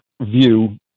view